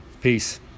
Peace